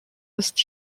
ist